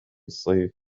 الصيف